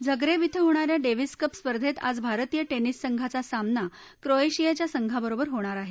Zagreb इथं होणाऱ्या Davis Cup स्पर्धेत आज भारतीय टेनिस संघाचा सामना क्रोएशियाच्या संघाबरोबर होणार आहे